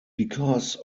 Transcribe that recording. because